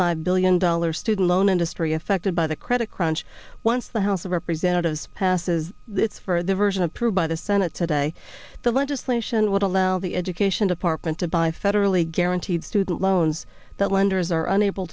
five billion dollars student loan industry affected by the credit crunch once the house of representatives passes its for the version approved by the senate today the legislation would allow the education department to buy federally guaranteed student loans that lenders are unable